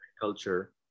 culture